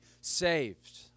saved